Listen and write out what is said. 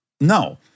No